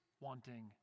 wanting